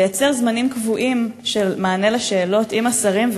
לייצר זמנים קבועים של מענה על שאלות עם השרים,